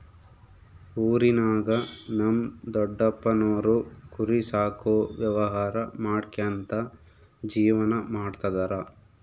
ಊರಿನಾಗ ನಮ್ ದೊಡಪ್ಪನೋರು ಕುರಿ ಸಾಕೋ ವ್ಯವಹಾರ ಮಾಡ್ಕ್ಯಂತ ಜೀವನ ಮಾಡ್ತದರ